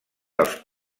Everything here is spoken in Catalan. dels